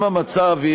המצב,